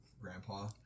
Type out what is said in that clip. grandpa